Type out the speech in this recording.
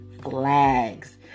flags